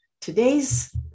today's